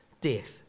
death